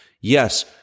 yes